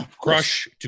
crush